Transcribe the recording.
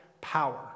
power